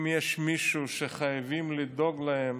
אם יש מישהו שחייבים לדאוג להם